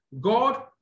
God